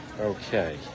okay